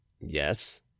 yes